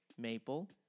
maple